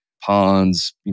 ponds